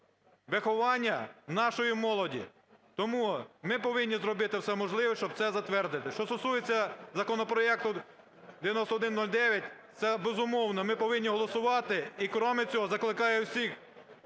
виховання нашої молоді. Тому ми повинні зробити все можливе, щоб це затвердити. Що стосується законопроекту 9109, це безумовно – ми повинні голосувати. І крім цього закликаю всіх